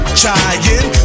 trying